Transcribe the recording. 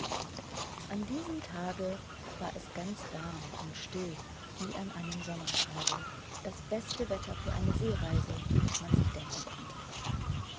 an diesem tage war es ganz warm und still wie an einem sommertage das beste wetter für eine seereise das man sich denken konnte